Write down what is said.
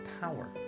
power